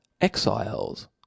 Exiles